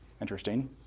Interesting